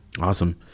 Awesome